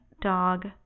dog